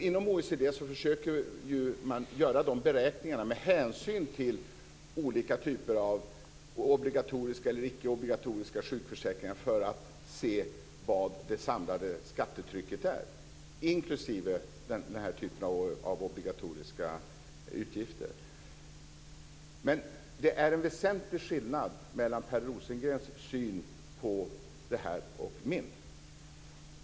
Inom OECD försöker man göra beräkningar med hänsyn till olika typer av obligatoriska eller icke obligatoriska sjukförsäkringar för att se hur högt det samlade skattetrycket är - inklusive denna typ av obligatoriska utgifter. Det finns en väsentlig skillnad mellan Per Rosengrens och min syn på detta.